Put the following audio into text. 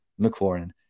McLaurin